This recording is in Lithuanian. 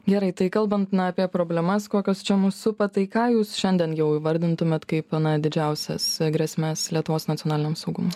gerai tai kalban na apie problemas kokios čia mus supa tai ką jūs šiandien jau įvardintumėt kaip na didžiausias grėsmes lietuvos nacionaliniam saugumui